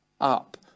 up